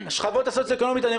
שכבה סוציו-אקונומית 2,